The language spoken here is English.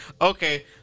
Okay